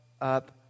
up